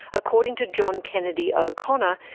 according to john kennedy o'connor,